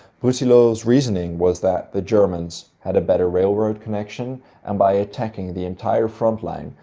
brusilov's reasoning was that the germans had a better railroad connection and by attacking the entire frontline,